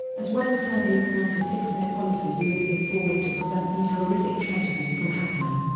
as well as how they plan to fix their policies moving forward to prevent these horrific tragedies from happening.